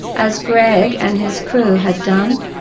as greg and his crew had done,